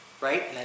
right